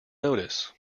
notice